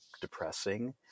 depressing